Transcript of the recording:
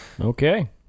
Okay